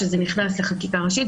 כשזה נכנס לחקיקה ראשית,